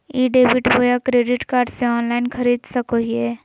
ई debit बोया credit card से online खरीद सको हिए?